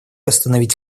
остановить